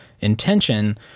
intention